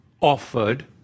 offered